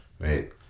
right